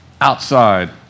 outside